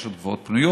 יש עוד גבעות פנויות,